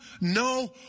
no